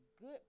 good